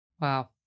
Wow